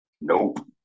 Nope